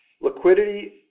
Liquidity